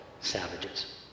savages